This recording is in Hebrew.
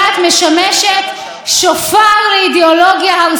ממש אותו דבר, על בית המשפט העליון.